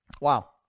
Wow